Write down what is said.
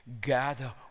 Gather